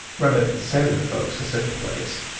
rather than send their folks to such a place,